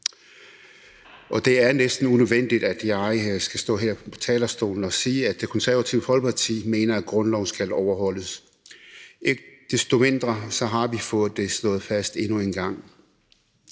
Det er næsten unødvendigt, at jeg skal stå her på talerstolen og sige, at Det Konservative Folkeparti mener, at grundloven skal overholdes. Ikke desto mindre har vi fået det slået fast endnu en gang.